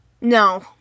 No